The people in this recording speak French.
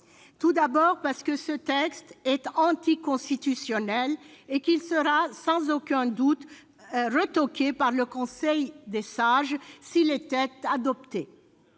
Tout d'abord, ce texte est anticonstitutionnel et sera sans aucun doute retoqué par le Conseil des sages s'il est adopté.